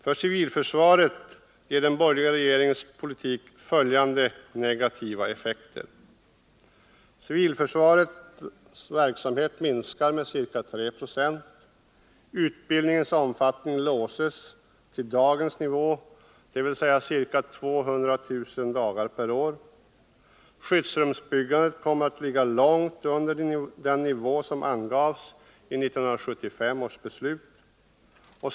För civilförsvaret ger den borgerliga regeringens politik följande negativa effekter: Utbildningens omfattning låses till dagens nivå, dvs. ca 200 000 dagar per år. Skyddsrumsbyggandet kommer att ligga långt under den nivå som angavs i 1975 års beslut.